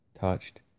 touched